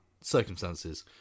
circumstances